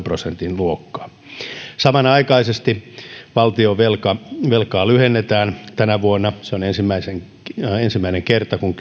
prosentin luokkaa samanaikaisesti valtionvelkaa lyhennetään tänä vuonna on ensimmäinen kerta kymmeneen vuoteen kun